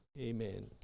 Amen